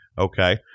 Okay